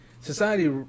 society